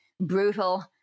brutal